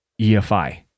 EFI